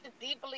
deeply